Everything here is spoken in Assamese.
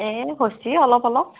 এই হৈছে অলপ অলপ